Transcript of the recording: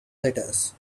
letters